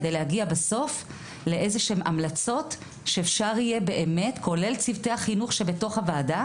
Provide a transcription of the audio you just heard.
על מנת להגיע בסוף להמלצות יחד עם צוותי החינוך ושבתוך הוועדה